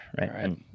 right